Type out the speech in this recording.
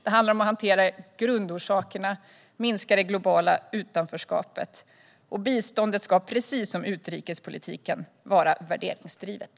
Det handlar om att hantera grundorsakerna och minska det globala utanförskapet. Biståndet ska precis som utrikespolitiken vara värderingsdrivet.